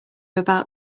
about